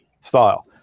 style